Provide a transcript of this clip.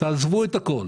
עזבו הכול,